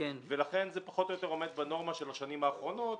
ולכן זה פחות או יותר עומד בנורמה של השנים האחרונות.